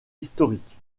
historique